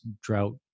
drought